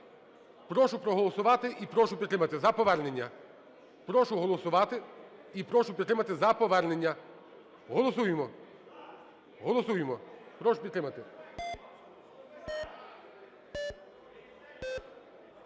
Прошу голосувати і прошу підтримати, за повернення. Голосуємо. Голосуємо. Прошу підтримати.